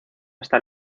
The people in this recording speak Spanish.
hasta